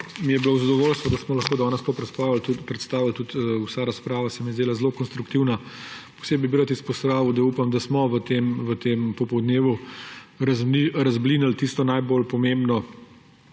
mi je bilo v zadovoljstvo, da smo lahko danes to predstavili. Tudi vsa razprava se mi je zdela zelo konstruktivna. Posebej bi rad izpostavil, da upam, da smo v tem popoldnevu razblinili tisto najbolj pomembno